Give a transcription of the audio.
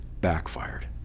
backfired